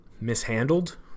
mishandled